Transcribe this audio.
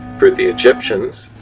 for the egyptians,